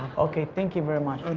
ok. thank you very much.